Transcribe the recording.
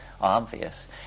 obvious